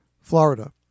Florida